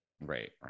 right